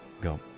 go